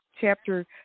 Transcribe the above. chapter